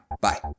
Bye